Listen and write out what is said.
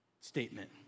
statement